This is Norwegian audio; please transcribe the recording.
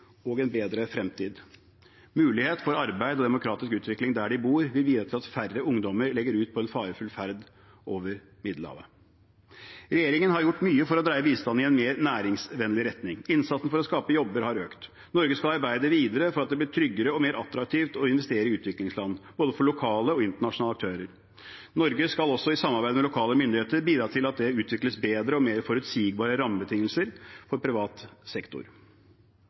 og en bedre fremtid. Mulighet for arbeid og demokratisk utvikling der de bor, vil bidra til at færre ungdommer legger ut på en farefull ferd over Middelhavet. Regjeringen har gjort mye for å dreie bistanden i en mer næringsvennlig retning. Innsatsen for å skape jobber har økt. Norge skal arbeide videre for at det blir tryggere og mer attraktivt å investere i utviklingsland for både lokale og internasjonale aktører. Norge skal også i samarbeid med lokale myndigheter bidra til at det utvikles bedre og mer forutsigbare rammebetingelser for privat sektor.